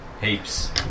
Heaps